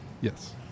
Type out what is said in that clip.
Yes